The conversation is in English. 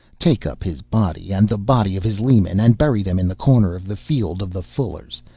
take up his body and the body of his leman, and bury them in the corner of the field of the fullers,